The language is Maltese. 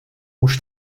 mhux